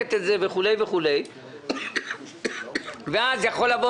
ובודקת את זה וכולי וכולי ואז יכול לבוא